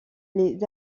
les